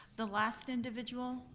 the last individual,